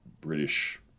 British